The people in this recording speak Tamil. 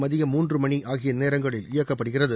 மதியம் மூன்று மணி ஆகிய நேரங்களில் இயக்கப்படுகிறது